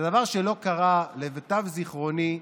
זה דבר שלא קרה, למיטב זיכרוני,